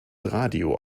radio